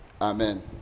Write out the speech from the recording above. Amen